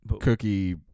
Cookie